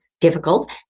difficult